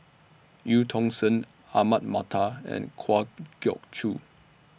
EU Tong Sen Ahmad Mattar and Kwa Geok Choo